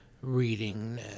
reading